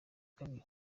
kabiri